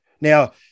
Now